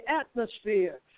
atmosphere